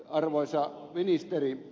arvoisa ministeri